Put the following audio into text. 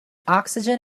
oxygen